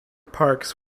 parks